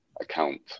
account